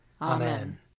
Amen